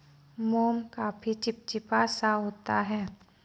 मोम काफी चिपचिपा सा होता है